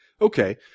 Okay